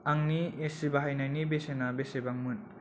आंनि ए सि बाहायनायनि बेसेना बेसेबांमोन